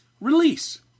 release